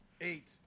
Eight